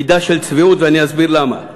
מידה של צביעות, ואני אסביר למה.